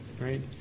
right